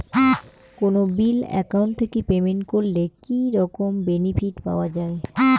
কোনো bill account থাকি payment করলে কি রকম বেনিফিট পাওয়া য়ায়?